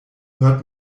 hört